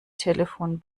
telefon